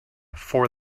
for